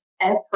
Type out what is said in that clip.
effort